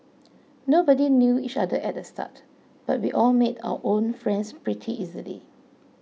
nobody knew each other at the start but we all made our own friends pretty easily